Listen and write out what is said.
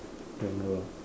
genre